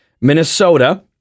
Minnesota